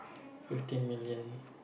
fifteen million